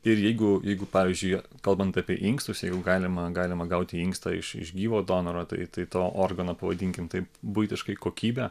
ir jeigu jeigu pavyzdžiui kalbant apie inkstus jeigu galima galima gauti inkstą iš iš gyvo donoro tai tai to organo pavadinkim taip buitiškai kokybė